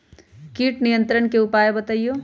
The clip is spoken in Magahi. किट नियंत्रण के उपाय बतइयो?